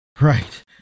Right